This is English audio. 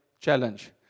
challenge